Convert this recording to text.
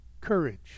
courage